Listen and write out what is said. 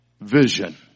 vision